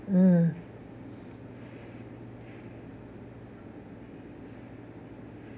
mm